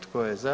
Tko je za?